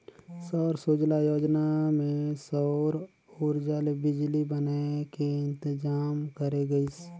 सौर सूजला योजना मे सउर उरजा ले बिजली बनाए के इंतजाम करे गइस